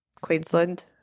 Queensland